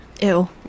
Ew